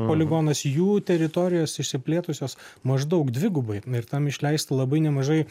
poligonas jų teritorijos išsiplėtusios maždaug dvigubai ir tam išleista labai nemažai